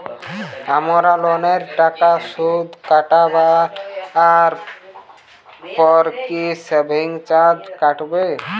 আমার লোনের টাকার সুদ কাটারপর কি সার্ভিস চার্জও কাটবে?